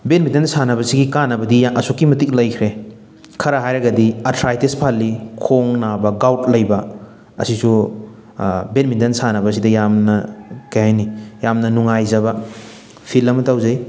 badminton ꯁꯥꯟꯅꯕꯁꯤꯒꯤ ꯀꯥꯅꯕꯗꯤ ꯑꯁꯨꯛꯀꯤ ꯃꯇꯤꯛ ꯂꯩꯈ꯭ꯔꯦ ꯈꯔ ꯍꯥꯏꯔꯒꯗꯤ ꯑꯦꯊ꯭ꯔꯥꯏꯇꯤꯁ ꯐꯍꯜꯂꯤ ꯈꯣꯡ ꯅꯥꯕ ꯒꯥꯎꯠ ꯂꯩꯕ ꯑꯁꯤꯁꯨ ꯕꯦꯠꯃꯤꯇꯟ ꯁꯥꯟꯅꯕꯁꯤꯗ ꯌꯥꯝꯅ ꯀꯩ ꯍꯥꯏꯅꯤ ꯌꯥꯝꯅ ꯅꯨꯡꯉꯥꯏꯖꯕ ꯐꯤꯜ ꯑꯃ ꯇꯧꯖꯩ